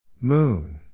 Moon